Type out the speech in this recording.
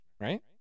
right